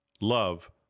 love